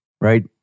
right